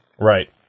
Right